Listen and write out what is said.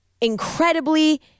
incredibly